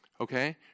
okay